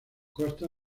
costa